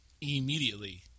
immediately